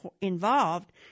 involved